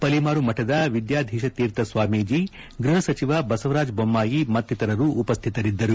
ಪಲಿಮಾರು ಮಠದ ವಿದ್ಯಾಧೀಶ ತೀರ್ಥ ಸ್ವಾಮೀಜಿ ಗೃಹ ಸಚಿವ ಬಸವರಾಜ್ ಬೊಮ್ಮಾಯಿ ಮತ್ತಿತರರು ಉಪಸ್ಥಿತರಿದ್ದರು